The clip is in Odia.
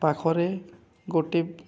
ପାଖରେ ଗୋଟେ